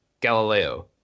Galileo